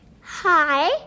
Hi